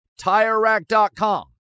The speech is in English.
TireRack.com